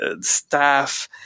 staff